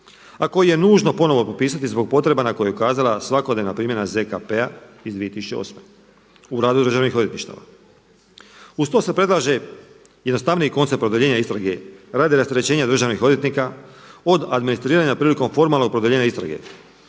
a koji je nužno ponovno potpisati zbog potreba na koju je ukazala svakodnevna primjena ZKP-a iz 2008. u radu određenih odvjetništava. Uz to se predlaže jednostavniji koncept produljenja istrage radi rasterećenja državnih odvjetnika od administriranja prilikom formalnog produljenja istrage.